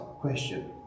question